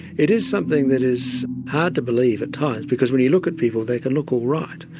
it is something that is hard to believe at times because when you look at people they can look all right,